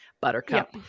buttercup